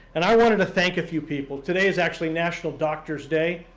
and i wanted to thank a few people. today is actually national doctors day,